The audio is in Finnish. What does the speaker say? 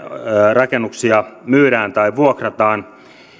rakennuksia myydään tai vuokrataan